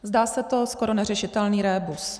Zdá se to skoro neřešitelný rébus.